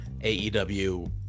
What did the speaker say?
AEW